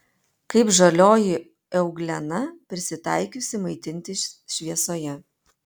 kaip žalioji euglena prisitaikiusi maitintis šviesoje